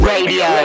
Radio